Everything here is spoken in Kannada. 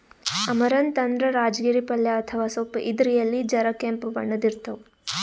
ಅಮರಂತ್ ಅಂದ್ರ ರಾಜಗಿರಿ ಪಲ್ಯ ಅಥವಾ ಸೊಪ್ಪ್ ಇದ್ರ್ ಎಲಿ ಜರ ಕೆಂಪ್ ಬಣ್ಣದ್ ಇರ್ತವ್